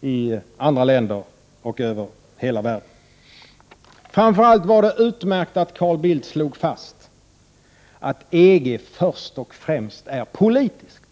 i andra länder och över hela världen. Framför allt var det utmärkt att Carl Bildt slog fast att EG först och främst är en politisk organisation.